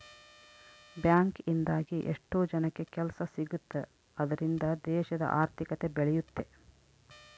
bank ಇಂದಾಗಿ ಎಷ್ಟೋ ಜನಕ್ಕೆ ಕೆಲ್ಸ ಸಿಗುತ್ತ್ ಅದ್ರಿಂದ ದೇಶದ ಆರ್ಥಿಕತೆ ಬೆಳಿಯುತ್ತೆ